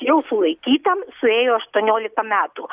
jau sulaikytam suėjo aštuoniolika metų